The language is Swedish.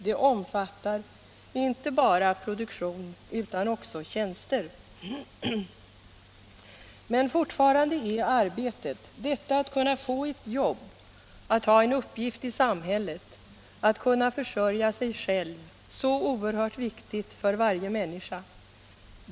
Det omfattar inte bara produktion utan = sysselsättnings och också tjänster. regionalpolitik Men fortfarande är arbetet, detta att kunna få ett jobb, att ha en uppgift i samhället, att kunna försörja sig själv, så oerhört viktigt för varje människa.